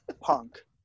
punk